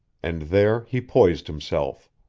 and there he poised himself